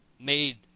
made